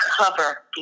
cover